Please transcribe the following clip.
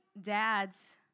dads